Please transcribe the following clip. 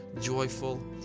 joyful